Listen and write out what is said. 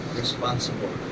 responsible